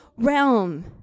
realm